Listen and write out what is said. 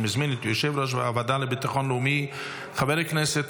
אני מזמין את יושב-ראש הוועדה לביטחון לאומי חבר הכנסת